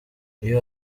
iyo